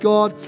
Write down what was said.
God